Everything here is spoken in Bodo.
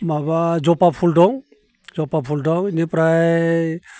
माबा जबा फुल दं जबा फुल दं इनिफ्राय